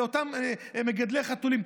לאותם מגדלי חתולים,